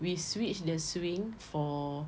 we switch the swing for